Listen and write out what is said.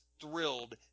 thrilled